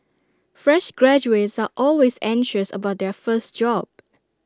fresh graduates are always anxious about their first job